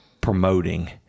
promoting